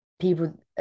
people